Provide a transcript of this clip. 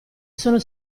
sono